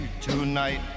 tonight